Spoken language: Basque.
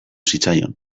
zitzaion